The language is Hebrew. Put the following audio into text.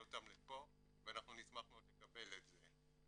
אותם לפה ואנחנו נשמח מאוד לקבל את זה.